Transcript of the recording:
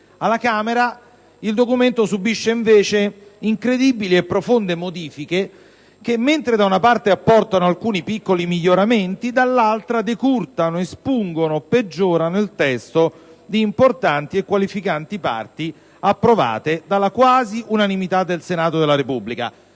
alla Camera il provvedimento subisce incredibili e profonde modifiche che, se da una parte apportano alcuni piccoli miglioramenti, dall'altra peggiorano il testo, espungendo e decurtandolo di importanti e qualificanti parti approvate dalla quasi unanimità del Senato della Repubblica.